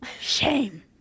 shame